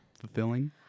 fulfilling